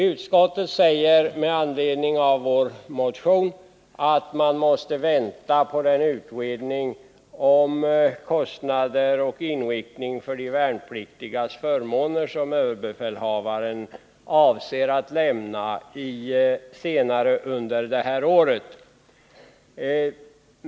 Utskottet säger med anledning av vår motion att man måste vänta på den utredning om kostnader för och inriktning av de värnpliktigas förmåner som överbefälhavaren avser att lämna senare under det här året.